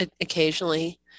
occasionally